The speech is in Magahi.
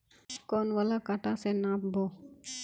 कौन वाला कटा से नाप बो?